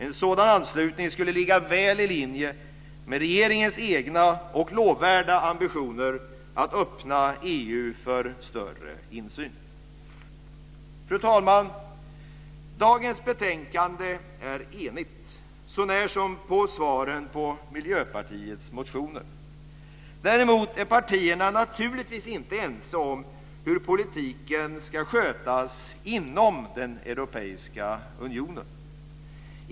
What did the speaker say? En sådan anslutning skulle ligga väl i linje med regeringens egna och lovvärda ambitioner att öppna EU för större insyn. Fru talman! Dagens betänkande är enigt sånär som på svaren på Miljöpartiets motioner. Däremot är partierna naturligtvis inte ense om hur politiken ska skötas inom den europeiska unionen.